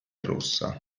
rossa